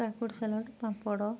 କାକୁଡ଼ି ସଲାଡ଼ ପାମ୍ପଡ଼